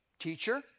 teacher